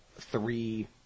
three